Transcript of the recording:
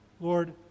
Lord